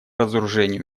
разоружению